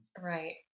Right